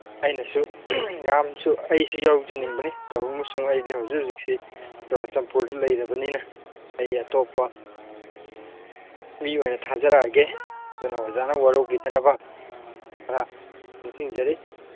ꯑꯩꯅꯁꯨ ꯌꯥꯝꯅꯁꯨ ꯑꯩꯁꯤ ꯌꯥꯎꯖꯅꯤꯡꯕꯅꯤ ꯇꯧꯏꯒꯨꯝꯕꯁꯨꯡ ꯑꯩꯗꯤ ꯍꯧꯖꯤꯛꯁꯤ ꯆꯨꯔꯥꯆꯥꯟꯄꯨꯔꯗ ꯂꯩꯔꯕꯅꯤꯅ ꯑꯩ ꯑꯇꯣꯞꯄ ꯃꯤ ꯑꯣꯏꯅ ꯊꯥꯖꯔꯛꯑꯒꯦ ꯑꯗꯨꯅ ꯑꯣꯖꯥꯅ ꯋꯥꯔꯧꯕꯤꯗꯅꯕ ꯈꯔ ꯅꯤꯡꯁꯤꯡꯖꯔꯤ